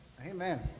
Amen